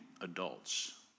adults